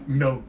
no